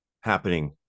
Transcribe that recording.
happening